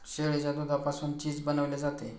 शेळीच्या दुधापासून चीज बनवले जाते